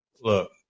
look